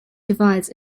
divides